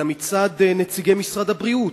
אלא מצד נציגי משרד הבריאות.